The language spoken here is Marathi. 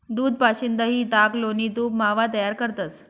दूध पाशीन दही, ताक, लोणी, तूप, मावा तयार करतंस